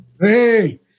Hey